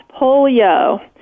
polio